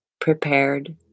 prepared